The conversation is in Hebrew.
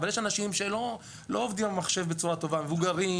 אבל יש אנשים שלא עובדים עם המחשב בצורה טובה מבוגרים,